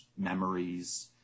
memories